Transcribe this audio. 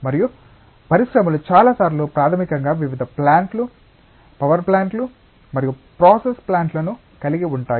మరియు పరిశ్రమలు చాలాసార్లు ప్రాథమికంగా వివిధ ప్లాంట్లు పవర్ ప్లాంట్లు మరియు ప్రాసెస్ ప్లాంట్లను కలిగి ఉంటాయి